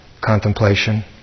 contemplation